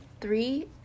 three